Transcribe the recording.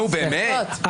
נו, באמת.